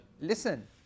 Listen